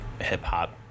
hip-hop